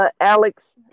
Alex